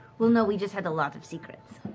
well, no, we just had a lot of secrets.